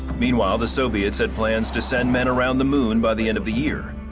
meanwhile, the soviets had plans to send men around the moon by the end of the year.